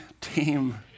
team